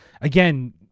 again